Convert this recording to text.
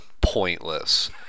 pointless